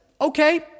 okay